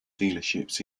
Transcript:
dealerships